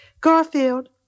Garfield